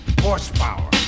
horsepower